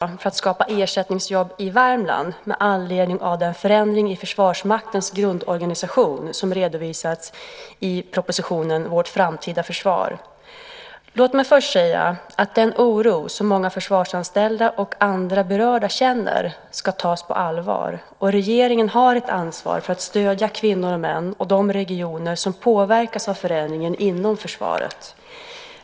Herr talman! Marie Engström har frågat vilka åtgärder som jag avser att vidta för att skapa ersättningsjobb i Värmland med anledning av den förändring i Försvarsmaktens grundorganisation som redovisats i propositionen Vårt framtida försvar . Låt mig först säga att den oro som många försvarsanställda och andra berörda känner ska tas på allvar. Regeringen har ett ansvar för att stödja kvinnor och män och de regioner som påverkas av förändringarna inom försvaret.